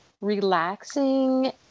relaxing